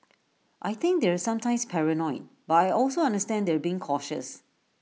I think they're sometimes paranoid but I also understand they're being cautious